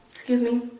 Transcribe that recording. excuse me,